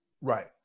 Right